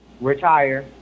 retire